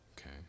Okay